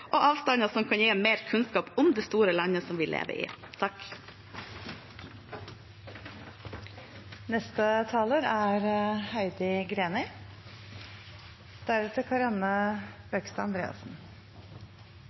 og avstander som kan gi mer kunnskap om det store landet vi lever i.